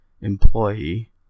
employee